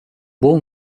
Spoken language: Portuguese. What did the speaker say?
bom